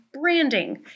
branding